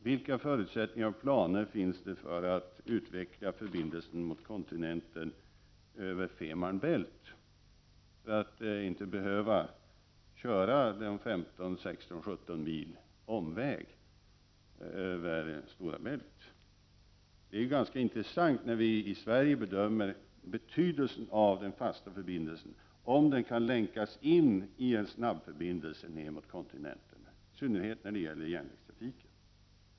Vilka förutsättningar och planer finns det för att utveckla förbindelsen mot kontinenten över Femarn bält så att man inte skall behöva köra 15 eller 17 mil omväg över Stora bält? När vi i Sverige bedömer betydelsen av den fasta förbindelsen är det ganska intressant att veta om den kan länkas in i en snabbförbindelse ner mot kontinenten, i synnerhet när det gäller järnvägstrafiken.